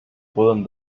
poden